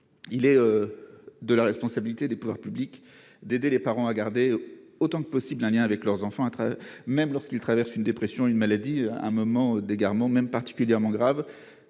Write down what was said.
il est de la responsabilité des pouvoirs publics d'aider les parents à garder autant que possible un lien avec leurs enfants, être même lorsqu'ils traverse une dépression, une maladie, un moment d'égarement même particulièrement grave